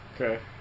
Okay